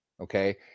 okay